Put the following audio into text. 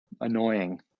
annoying